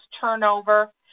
turnover